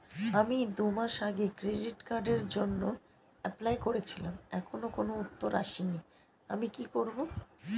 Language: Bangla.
আমি দুমাস আগে ক্রেডিট কার্ডের জন্যে এপ্লাই করেছিলাম এখনো কোনো উত্তর আসেনি আমি কি করব?